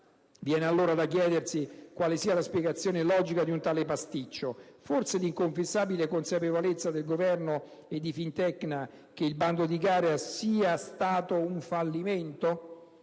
Viene allora da chiedersi quale sia la spiegazione logica di un tale pasticcio. Forse l'inconfessabile consapevolezza del Governo e di Fintecna che il bando di gara sia stato un fallimento?